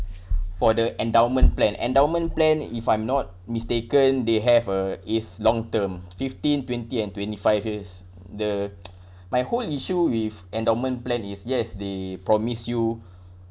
for the endowment plan endowment plan if I'm not mistaken they have a is long term fifteen twenty and twenty five years the my whole issue with endowment plan is yes they promise you